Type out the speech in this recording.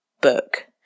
book